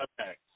Okay